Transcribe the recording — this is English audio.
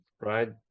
right